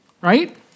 Right